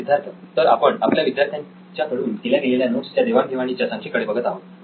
सिद्धार्थ तर आपण आपल्या विद्यार्थ्यांच्या कडून केल्या गेलेल्या नोट्स च्या देवाणघेवाणीच्या संख्या कडे बघत आहोत